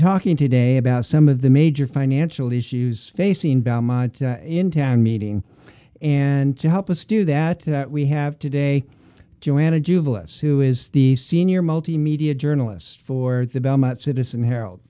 talking today about some of the major financial issues facing belmont in town meeting and to help us do that we have today joanna jubilance who is the senior multimedia journalist for the belmont citizen herald